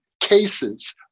cases